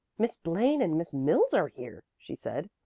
miss blaine and miss mills are here, she said.